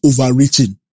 overreaching